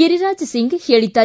ಗಿರಿರಾಜ್ಸಿಂಗ್ ಹೇಳಿದ್ದಾರೆ